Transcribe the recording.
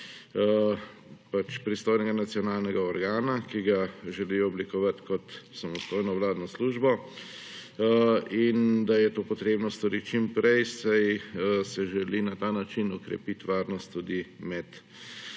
pač pristojnega nacionalnega organa, ki ga želi oblikovati kot samostojno vladno službo in da je to potrebno storiti čim prej, saj se želi na ta način okrepit varnost tudi med